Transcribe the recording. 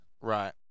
Right